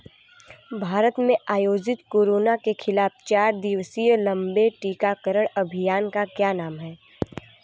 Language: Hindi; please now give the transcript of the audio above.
भारत में आयोजित कोरोना के खिलाफ चार दिवसीय लंबे टीकाकरण अभियान का क्या नाम है?